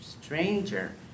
stranger